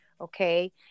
okay